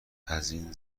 ازاین